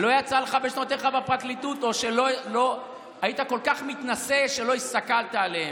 לא יצא לך בשנותיך בפרקליטות או שהיית כל כך מתנשא שלא הסתכלת עליהם?